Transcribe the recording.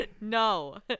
No